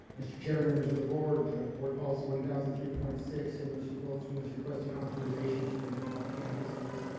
mr. chair, members of the board, to have board policy one thousand and three point six, and msu bozeman, is requesting authorization to renew an off campus lease